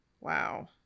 wow